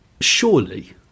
surely